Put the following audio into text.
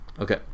Okay